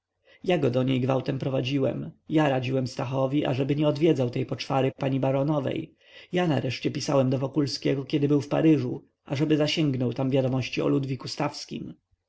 ja go do niej gwałtem prowadziłem ja radziłem stachowi ażeby nie odwiedzał tej poczwary pani baronowej ja wreszcie pisałem do wokulskiego kiedy był w paryżu ażeby zasięgnął tam wiadomości o ludwiku stawskim